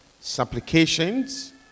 supplications